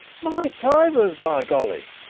my fivers, by golly!